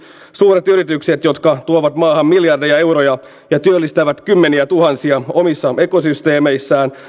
suuret yritykset jotka tuovat maahan miljardeja euroja ja työllistävät kymmeniätuhansia omissa ekosysteemeissään